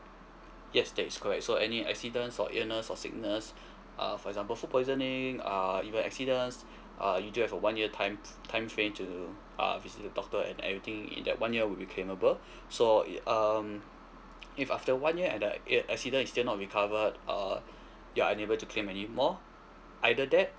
yes that is correct so any accidents or illness or sickness uh for example food poisoning err even accidents uh you do have a one year time time frame to uh visit the doctor and everything in that one year will be claimable so um if after one year and that ac~ accident is still not be covered uh you're unable to claim any more either that